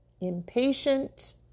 impatient